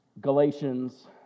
Galatians